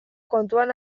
kontuan